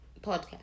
podcast